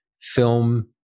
film